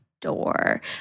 Door